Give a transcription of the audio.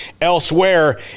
elsewhere